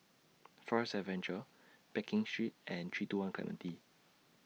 Forest Adventure Pekin Street and three two one Clementi